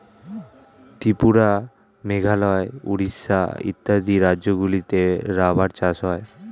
ত্রিপুরা, মেঘালয়, উড়িষ্যা ইত্যাদি রাজ্যগুলিতে রাবার চাষ হয়